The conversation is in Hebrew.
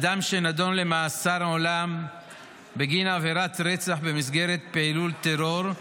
אדם שנדון למאסר עולם בגין עבירת רצח במסגרת פעילות טרור,